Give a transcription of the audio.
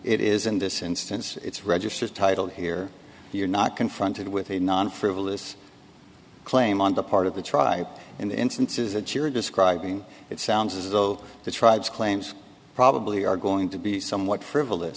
it is in this instance it's registers titled here you're not confronted with a non frivolous claim on the part of the tribe in the instances that you're describing it sounds as though the tribes claims probably are going to be somewhat frivolous